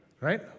right